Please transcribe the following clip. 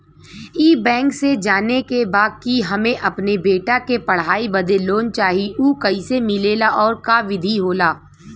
ई बैंक से जाने के बा की हमे अपने बेटा के पढ़ाई बदे लोन चाही ऊ कैसे मिलेला और का विधि होला?